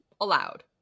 allowed